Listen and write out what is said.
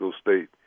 State